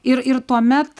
ir ir tuomet